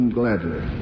gladly